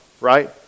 right